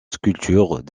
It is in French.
sculptures